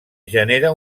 genera